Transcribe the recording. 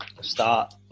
Start